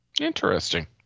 Interesting